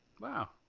Wow